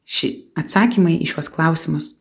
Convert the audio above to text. ši atsakymai į šiuos klausimus